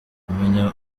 kumenya